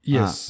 Yes